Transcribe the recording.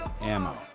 Ammo